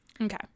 Okay